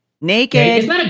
Naked